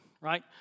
right